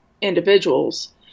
individuals